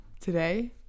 today